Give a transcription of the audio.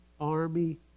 army